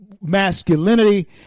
masculinity